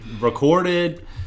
recorded